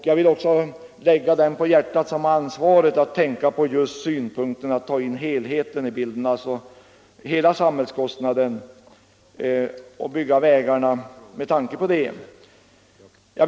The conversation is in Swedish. Jag vill också lägga dem på hjärtat som har ansvaret att beakta samhällskostnaderna som helhet när man bygger vägar.